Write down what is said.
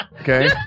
Okay